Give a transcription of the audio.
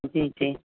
जी जी